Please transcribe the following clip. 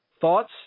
Thoughts